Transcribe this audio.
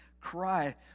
cry